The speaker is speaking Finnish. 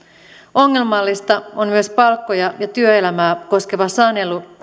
ongelmallista on myös palkkoja ja työelämää koskeva sanelu